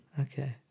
okay